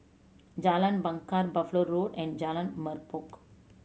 Jalan Bungar Buffalo Road and Jalan Merbok